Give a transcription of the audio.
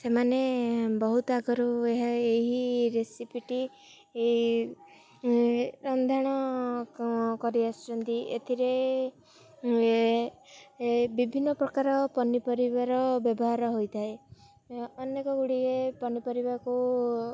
ସେମାନେ ବହୁତ ଆଗରୁ ଏହା ଏହି ରେସିପିଟି ରନ୍ଧାଣ କରିଆସିଛନ୍ତି ଏଥିରେ ବିଭିନ୍ନ ପ୍ରକାର ପନିପରିବାର ବ୍ୟବହାର ହୋଇଥାଏ ଅନେକ ଗୁଡ଼ିଏ ପନିପରିବାକୁ